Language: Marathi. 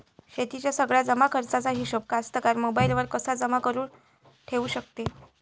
शेतीच्या सगळ्या जमाखर्चाचा हिशोब कास्तकार मोबाईलवर कसा जमा करुन ठेऊ शकते?